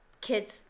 Kids